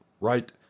Right